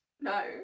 no